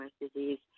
disease